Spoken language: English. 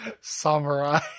Samurai